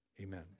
amen